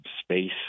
space